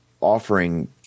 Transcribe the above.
offering